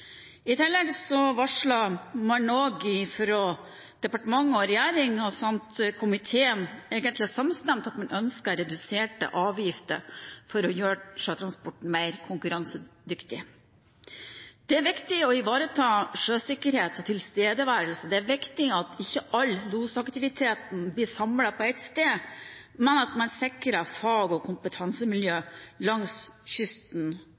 I tillegg varslet man også fra departement og regjering, som komiteen egentlig er samstemt i ønsket om, reduserte avgifter for å gjøre sjøtransporten mer konkurransedyktig. Det er viktig å ivareta sjøsikkerhet og tilstedeværelse. Det er viktig at ikke all losaktivitet blir samlet på ett sted, men at man sikrer fag- og kompetansemiljø langs hele kysten.